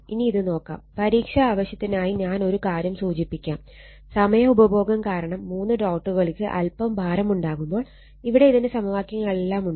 ഇനി ഇത് നോക്കാം പരീക്ഷാ ആവശ്യത്തിനായി ഞാൻ ഒരു കാര്യം സൂചിപ്പിക്കാം സമയ ഉപഭോഗം കാരണം 3 ഡോട്ടുകൾക്ക് അൽപ്പം ഭാരമുണ്ടാകുമ്പോൾ ഇവിടെ ഇതിന്റെ സമവാക്യങ്ങൾ എല്ലാം ഉണ്ട്